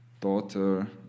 Daughter